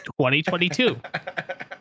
2022